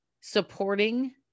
supporting